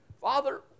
father